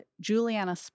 Juliana